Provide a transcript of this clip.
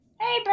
hey